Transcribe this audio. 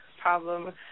problem